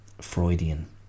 Freudian